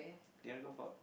you want to go Fort